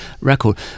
record